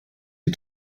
die